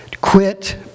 Quit